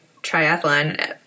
triathlon